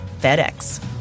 FedEx